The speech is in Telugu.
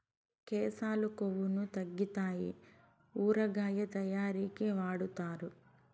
కేశాలు కొవ్వును తగ్గితాయి ఊరగాయ తయారీకి వాడుతారు